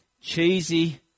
cheesy